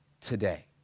today